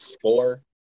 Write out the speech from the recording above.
Four